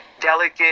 delicate